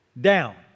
down